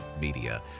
media